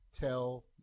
Tell